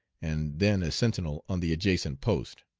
and then a sentinel on the adjacent post,